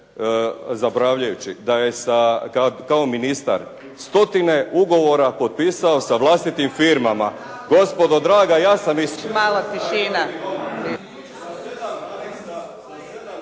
zaboravljajući da je kao ministar stotine ugovora potpisao sa vlastitim firmama …… /Upadica se ne